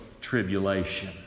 tribulation